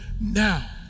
Now